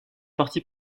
parti